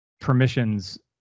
permissions